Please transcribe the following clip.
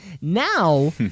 Now